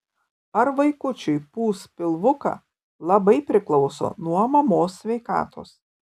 ar vaikučiui pūs pilvuką labai priklauso nuo mamos sveikatos